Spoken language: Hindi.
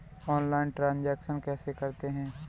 ऑनलाइल ट्रांजैक्शन कैसे करते हैं?